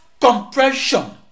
compression